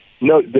no